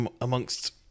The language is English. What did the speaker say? amongst